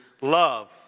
Love